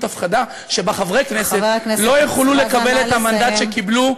הפחדה שבה חברי כנסת לא יוכלו לקבל את המנדט שקיבלו,